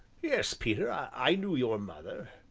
yes, peter, i knew your mother,